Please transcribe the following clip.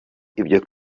ibyo